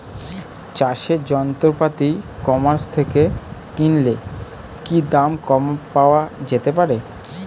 চাষের যন্ত্রপাতি e commerce থেকে কিনলে কি দাম কম পাওয়া যেতে পারে?